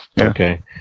Okay